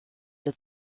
der